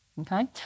okay